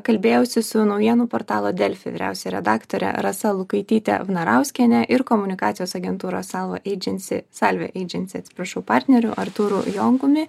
kalbėjausi su naujienų portalo delfi vyriausiąja redaktore rasa lukaitytė vnarauskienė ir komunikacijos agentūra salo eidžensi salvė eidžensi atsiprašau partneriu artūru jonkumi